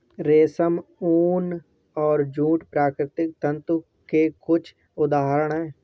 रेशम, ऊन और जूट प्राकृतिक तंतु के कुछ उदहारण हैं